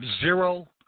zero